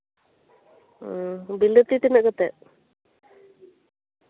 ᱚ ᱵᱤᱞᱟᱹᱛᱤ ᱛᱤᱱᱟᱹᱜ ᱠᱟᱛᱮᱜ